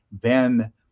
then-